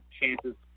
chances